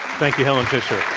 thank you, helen fisher.